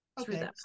Okay